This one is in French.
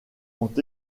ont